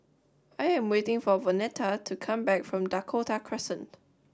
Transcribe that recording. I am waiting for Vonetta to come back from Dakota Crescent